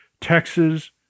Texas